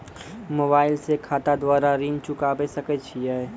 Mobile से खाता द्वारा ऋण चुकाबै सकय छियै?